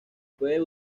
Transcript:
puede